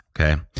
Okay